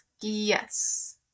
yes